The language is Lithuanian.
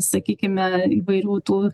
sakykime įvairių tų